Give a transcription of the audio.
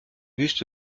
buste